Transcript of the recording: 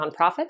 nonprofits